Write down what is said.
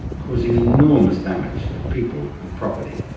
causing enormous damage to people and property.